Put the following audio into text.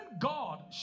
God